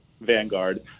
Vanguard